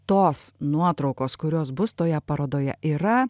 tos nuotraukos kurios bus toje parodoje yra